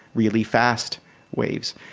really fast waves.